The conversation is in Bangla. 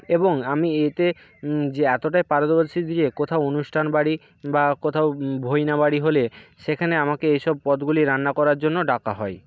এবং আমি এতে যে এতটাই পারদর্শী দিয়ে কোথাও অনুষ্ঠান বাড়ি বা কোথাও ভৈনাবাড়ি হলে সেখানে আমাকে এইসব পদগুলি রান্না করার জন্য ডাকা হয়